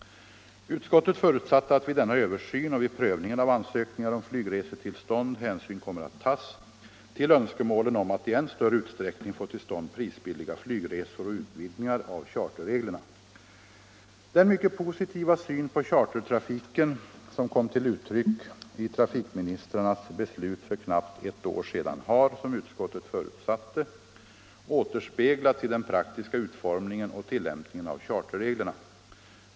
Utskottet förutsatte att vid denna översyn och vid prövningen av ansökningar om flygresetillstånd hänsyn kommer att tas till önskemålen om att i än större utsträckning få till stånd prisbilliga flygresor och utvidgningar av charterreglerna. Den mycket positiva syn på chartertrafiken som kom till uttryck i trafikministrarnas beslut för knappt ett år sedan har - som utskottet förutsatte — återspeglats i den praktiska utformningen och tillämpningen av charterreglerna.